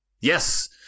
Yes